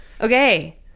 Okay